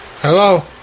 Hello